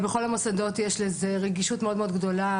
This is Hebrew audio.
בכל המוסדות יש לזה רגישות מאוד מאוד גדולה,